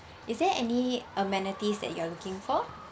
is there any amenities that you are looking for